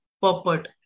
Puppet